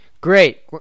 Great